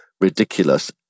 ridiculous